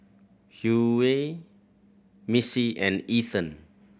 Hughey Missie and Ethen